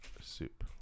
soup